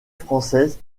française